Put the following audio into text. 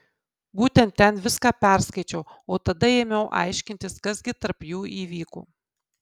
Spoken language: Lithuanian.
būtent ten viską perskaičiau o tada ėmiau aiškintis kas gi tarp jų įvyko